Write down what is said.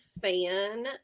fan